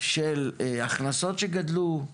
של הכנסות שגדלו,